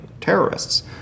terrorists